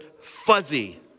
Fuzzy